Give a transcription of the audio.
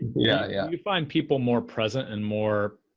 yeah yeah you find people more present and more